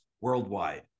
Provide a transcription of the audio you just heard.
worldwide